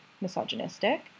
misogynistic